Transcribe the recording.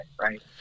right